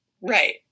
Right